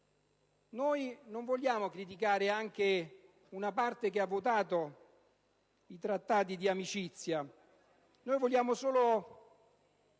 Noi non vogliamo criticare anche una parte politica che ha votato il trattato di amicizia; vogliamo solo